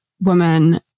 woman